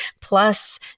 plus